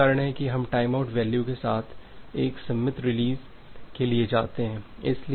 तो यही कारण है कि हम टाइमआउट वैल्यू के साथ एक सममित रिलीज के लिए जाते हैं